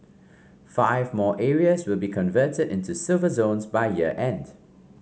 five more areas will be converted into Silver Zones by year end